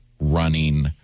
running